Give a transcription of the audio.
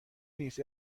نیست